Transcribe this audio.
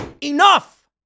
enough